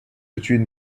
between